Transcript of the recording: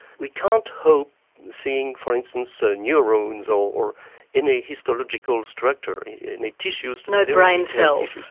we can't hope seeing for instance ah neurones, or any histological structure, any tissue. no brain cells?